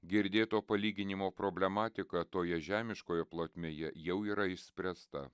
girdėto palyginimo problematika toje žemiškoje plotmėje jau yra išspręsta